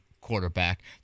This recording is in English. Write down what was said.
quarterback